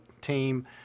team